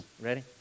Ready